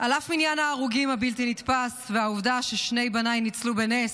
על אף מניין ההרוגים הבלתי-נתפס והעובדה ששני בניי ניצלו בנס,